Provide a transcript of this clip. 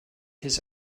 his